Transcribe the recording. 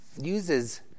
uses